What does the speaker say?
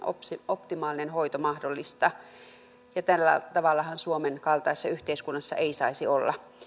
optimaalinen hoito mahdollista tällä tavallahan suomen kaltaisessa yhteiskunnassa ei saisi olla